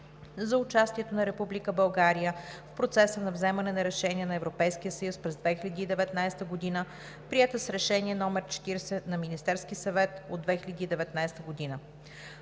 за участието на Република България в процеса на вземане на решения на Европейския съюз през 2019 г., приета с Решение № 40 на Министерски съвет от 2019 г.;